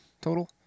total